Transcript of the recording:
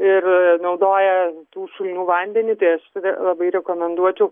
ir naudoja tų šulinių vandenį tai aš tada labai rekomenduočiau